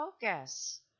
focus